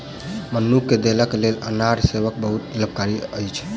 मनुख के देहक लेल अनार सेवन बहुत लाभकारी अछि